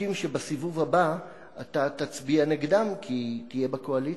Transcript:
חוקים שבסיבוב הבא תצביע נגדם כי תהיה בקואליציה.